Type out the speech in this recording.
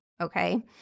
okay